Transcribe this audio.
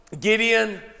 Gideon